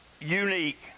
unique